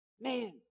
man